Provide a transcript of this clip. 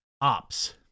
ops